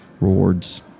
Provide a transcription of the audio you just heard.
rewards